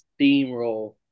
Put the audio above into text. steamroll